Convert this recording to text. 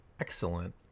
excellent